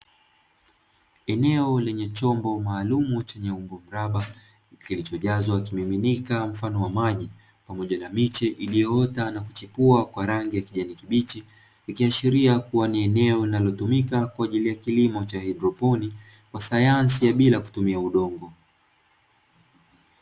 Eneo lenye chombo maalumu chenye umbo mraba, kilichojazwa kimiminika mfano wa maji, pamoja na miche iliyoota na kuchipua kwa rangi ya kijani kibichi. Ikiashiria kuwa ni eneo linalotumika kwa ajili ya kilimo cha haidroponi, kwa sayansi ya bila ya kutumia udongo.